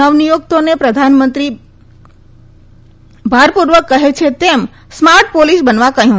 નવનિયુક્તોને પ્રધાનમંત્રી ભારપૂર્વક કહે છે તેમ સ્માર્ટ પોલીસ બનવા કહ્યું